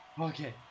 Okay